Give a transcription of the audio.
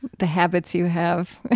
the habits you have.